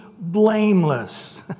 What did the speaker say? blameless